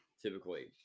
typically